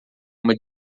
uma